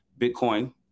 Bitcoin